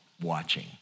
watching